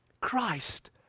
Christ